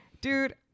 Dude